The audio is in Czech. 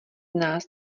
nás